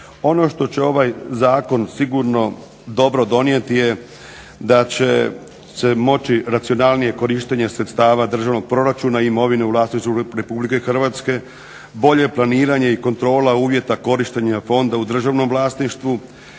Ono što će ovaj zakon sigurno dobro donijeti je da će se moći racionalnije korištenje sredstava državnog proračuna i imovine u vlasništvu Republike Hrvatske, bolje planiranje i kontrola uvjeta korištenja fonda u državnom vlasništvu,